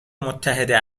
متحده